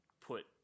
put